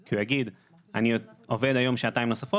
כי הוא יגיד: אני עובד היום שעתיים נוספות